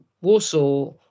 Warsaw